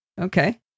okay